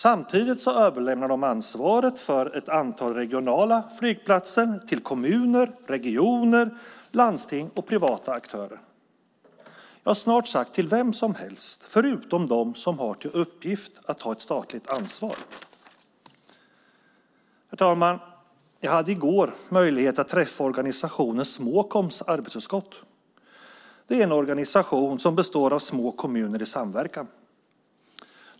Samtidigt överlämnar de ansvaret för ett antal regionala flygplatser till kommuner, regioner, landsting och privata aktörer - ja, till snart sagt vem som helst förutom dem som har till uppgift att ta ett statligt ansvar. Herr talman! Jag hade i går möjlighet att träffa organisationen Småkoms arbetsutskott. Det är en organisation som består av små kommuner i samverkan.